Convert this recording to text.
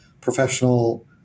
professional